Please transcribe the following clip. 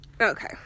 Okay